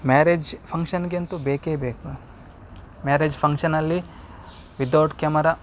marriage ಫಂಕ್ಷನ್ಗಂತು ಬೇಕೇ ಬೇಕು ಮ್ಯಾರೇಜ್ ಫಂಕ್ಷನ್ನಲ್ಲಿ ವಿದೌಟ್ ಕ್ಯಮರಾ